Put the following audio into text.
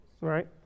right